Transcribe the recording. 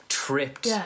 Tripped